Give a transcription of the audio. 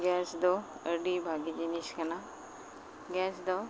ᱜᱮᱥᱫᱚ ᱟᱹᱰᱤ ᱵᱷᱟᱜᱮ ᱡᱤᱱᱤᱥ ᱠᱟᱱᱟ ᱜᱮᱥᱫᱚ